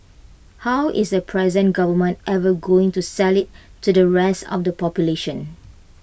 how is the present government ever going to sell IT to the rest of the population